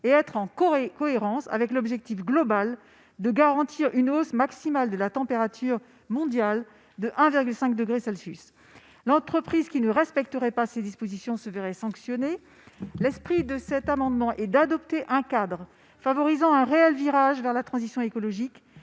et être en cohérence avec l'objectif global : garantir une hausse maximale de la température mondiale de 1,5° Celsius. L'entreprise qui ne respecterait pas ces dispositions se verrait sanctionnée. À ce titre, nous défendons un cadre favorisant un réel virage vers la transition écologique